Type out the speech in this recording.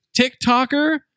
TikToker